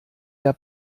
der